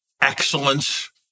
excellence